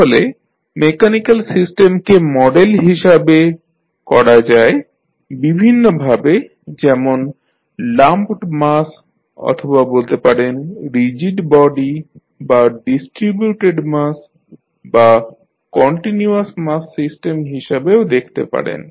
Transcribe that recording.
তাহলে মেক্যানিক্যাল সিস্টেমকে মডেল হিসাবে করা যায় বিভিন্নভাবে যেমন লাম্পড মাস অথবা বলতে পারেন রিজিড বডি বা ডিস্ট্রিবিউটেড মাস বা কন্টিনিউয়াস মাস সিস্টেম হিসাবেও দেখতে পারেন